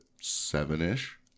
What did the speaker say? seven-ish